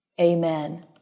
amen